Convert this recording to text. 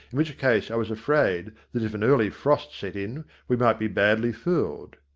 in which case i was afraid that if an early frost set in we might be badly fooled.